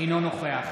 אינו נוכח